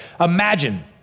Imagine